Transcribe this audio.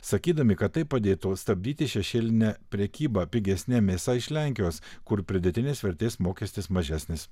sakydami kad tai padėtų stabdyti šešėlinę prekybą pigesne mėsa iš lenkijos kur pridėtinės vertės mokestis mažesnis